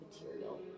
material